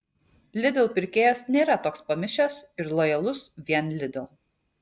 lidl pirkėjas nėra toks pamišęs ir lojalus vien lidl